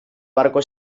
barco